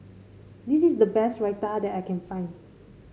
this is the best Raita that I can find